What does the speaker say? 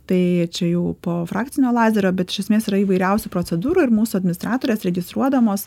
tai čia jau po frakcinio lazerio bet iš esmės yra įvairiausių procedūrų ir mūsų administratorės registruodamos